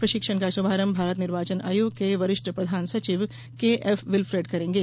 प्रशिक्षण का शुभारंभ भारत निर्वाचन आयोग के वरिष्ठ प्रधान सचिव के एफ विलफ्रेड करेंगे